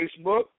Facebook